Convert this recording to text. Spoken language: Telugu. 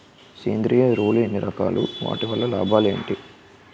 సేంద్రీయ ఎరువులు ఎన్ని రకాలు? వాటి వల్ల లాభాలు ఏంటి?